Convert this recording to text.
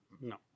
No